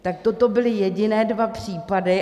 Tak toto byly jediné dva případy.